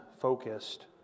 focused